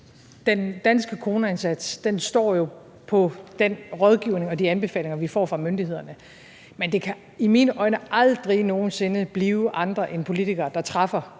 den danske coronaindsats jo hviler på den rådgivning og de anbefalinger, vi får fra myndighederne, men det kan i mine øjne aldrig nogen sinde blive andre end politikere, der træffer